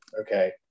okay